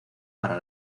para